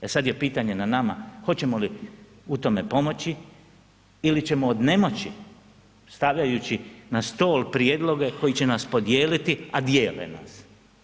E sad je pitanje na nama hoćemo li u tome pomoći ili ćemo od nemoći, stavljajući na stol prijedloge koji će nas podijeliti, a dijele nas.